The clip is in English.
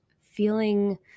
feeling